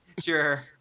Sure